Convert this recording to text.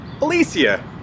alicia